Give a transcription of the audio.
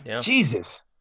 Jesus